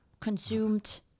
consumed